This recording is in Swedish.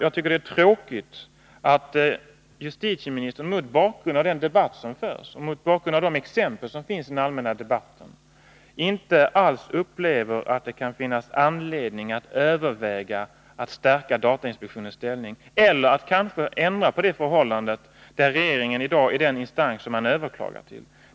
Jag tycker det är tråkigt att justitieministern, mot bakgrund av den debatt som förts och de exempel som finns i den allmänna debatten, inte alls upplever att det kan finnas anledning att överväga att stärka datainspektionens ställning eller kanske att ändra på det förhållandet att regeringen är den instans som man överklagar till.